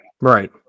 Right